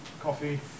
coffee